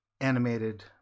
animated